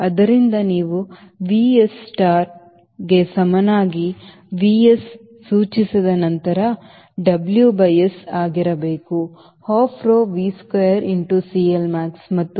ಆದ್ದರಿಂದ ನೀವು Vs star ಕ್ಕೆ ಸಮನಾಗಿ Vs ಅನ್ನು ಸೂಚಿಸಿದ ನಂತರ WS ಆಗಿರಬೇಕು half rho V square into CLmax ಮತ್ತು V 1